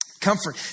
Comfort